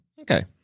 Okay